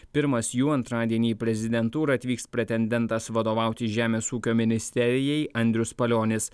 pirmas jų antradienį į prezidentūrą atvyks pretendentas vadovauti žemės ūkio ministerijai andrius palionis